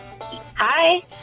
Hi